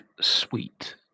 sweet